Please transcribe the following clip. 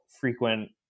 frequent